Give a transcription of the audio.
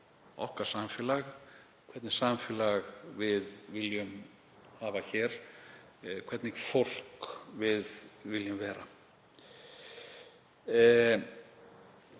okkar samfélag, hvernig samfélag við viljum hafa hér, hvernig fólk við viljum vera.